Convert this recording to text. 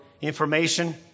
information